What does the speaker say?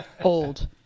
Old